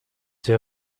sehr